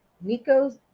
Nico's